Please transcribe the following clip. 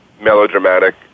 melodramatic